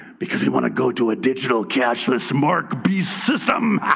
because we want to go to a digital cashless mark beast system.